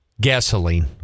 gasoline